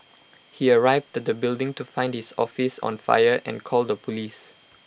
he arrived at the building to find his office on fire and called the Police